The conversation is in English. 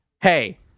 Hey